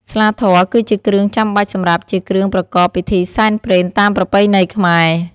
ស្លាធម៌ គឺជាគ្រឿងចាំបាច់សម្រាប់ជាគ្រឿងប្រកបពិធីសែនព្រេនតាមប្រពៃណីខ្មែរ។